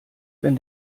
wenn